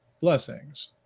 blessings